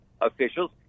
officials